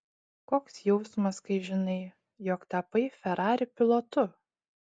koks jausmas kai žinai jog tapai ferrari pilotu